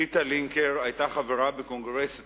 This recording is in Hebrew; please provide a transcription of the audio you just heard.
ציטה לינקר היתה חברה בקונגרס הציוני,